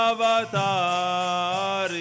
Avatar